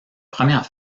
première